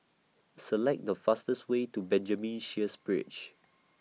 Select The fastest Way to Benjamin Sheares Bridge